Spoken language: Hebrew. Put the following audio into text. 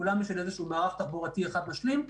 כולם של איזשהו מערך תחבורתי אחד משלים.